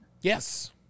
Yes